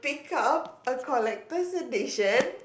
these are all a collecter's edition